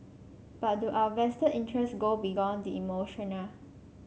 but do our vested interest go beyond the emotional